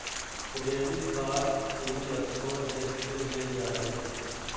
credit card CIBIL score देख के देल जा हइ